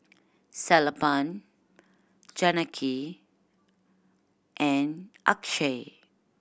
Sellapan Janaki and Akshay